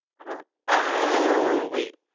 i dont. oh wait.